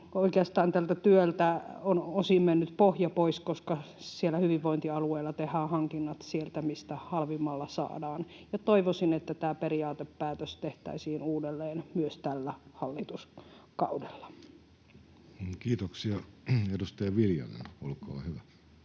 oikeastaan tältä työltä on osin mennyt pohja pois, koska siellä hyvinvointialueilla tehdään hankinnat sieltä, mistä halvimmalla saadaan. Toivoisin, että tämä periaatepäätös tehtäisiin uudelleen myös tällä hallituskaudella. Kiitoksia. — Edustaja Viljanen, olkaa hyvä.